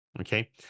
Okay